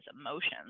emotions